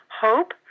hope